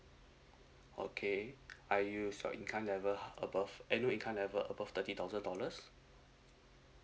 okay are you so income level above any income level above thirty thousand dollars